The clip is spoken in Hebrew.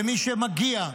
למי שמגיע,